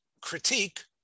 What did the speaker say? critique